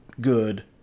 good